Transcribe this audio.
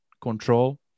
control